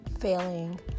failing